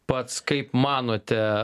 pats kaip manote